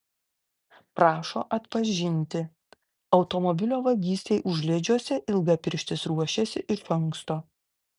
prašo atpažinti automobilio vagystei užliedžiuose ilgapirštis ruošėsi iš anksto